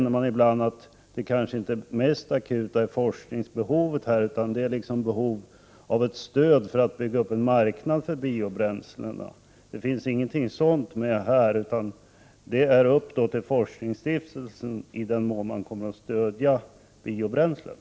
Det mest akuta i detta sammanhang kanske inte är forskning, utan det finns ett behov av stöd för att man skall kunna bygga upp en marknad för biobränslen. Men jordbruksministern säger inte något om detta, utan det är tydligen forskningsstiftelsen som i så fall får besluta om stöd till biobränslen.